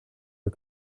are